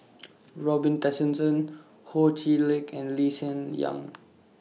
Robin Tessensohn Ho Chee Lick and Lee Hsien Yang